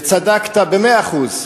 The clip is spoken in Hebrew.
וצדקת במאה אחוז,